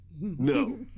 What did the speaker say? No